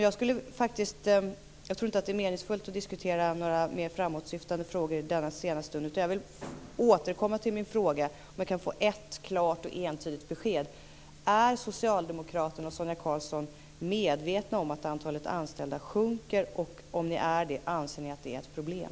Jag tror inte att det är meningsfullt att diskutera några framåtsyftande frågor i denna sena stund utan jag vill återkomma till min fråga. Kan jag få ett klart och entydigt besked: Är Socialdemokraterna och Sonia Karlsson medvetna om att antalet anställda sjunker? Om ni är det, anser ni att det är ett problem?